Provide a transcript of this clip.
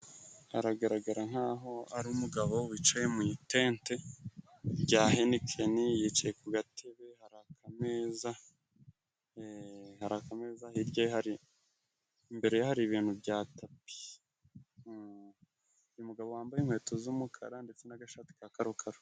Aragaragara nk'aho ari umugabo wicaye mu itente rya Henikeni. Yicaye ku gatebe . Hari akameza hari akameza hirya hari imbere hari ibintu bya tapi. Umugabo wambaye inkweto z'umukara ndetse n'agashati ka karo karo.